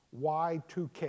Y2K